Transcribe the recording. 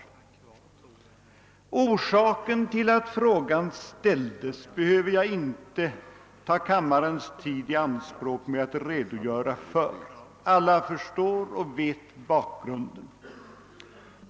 Jag behöver inte ta kammarens tid i anspråk med att redogöra för orsaken till att frågan ställdes — alla förstår och känner till bakgrunden.